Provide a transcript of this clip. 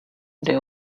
the